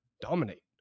dominate